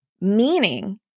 meaning